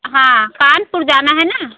हाँ कानपुर जाना है ना